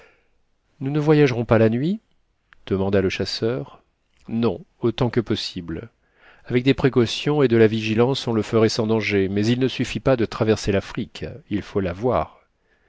nous ne voyagerons pas la nuit demanda le chasseur non autant que possible avec des précautions et de la vigilance on le ferait sans danger mais il ne suffit pas de traverser l'afrique il faut la voir